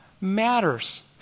matters